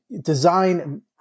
design